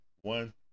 One